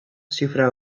zifra